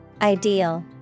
Ideal